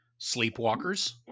Sleepwalkers